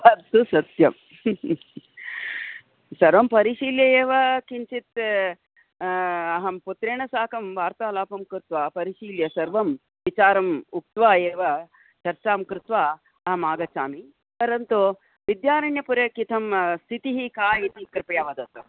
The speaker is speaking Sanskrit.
तत्तु सत्यं सर्वं परिशील्य एव किञ्चित् अहं पुत्रेण साकं वार्तालापं कृत्वा परिशील्य सर्वं विचारम् उक्त्वा एव चर्चां कृत्वा अहम् आगचच्छामि परन्तु विद्यारण्यपुरे कथं स्थितिः का इति कृपया वदतु